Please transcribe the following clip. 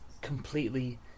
completely